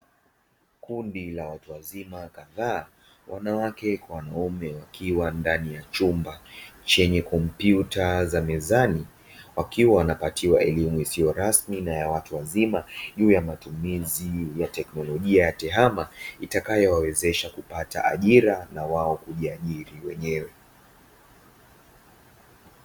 Kundi la watu wazima kadhaa wanawake kwa wanaume wakiwa ndani ya chumba chenye kompyuta za mezani. Wakiwa wanapatiwa elimu isiyo rasmi na ya watu wazima, juu ya matumizi wakiwa wanapatiwa elimu ya teknolojia ya TEHAMA.Itakayowawezesha kupata ajira na wao kujiajiri wenyewe.